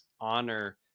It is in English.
honor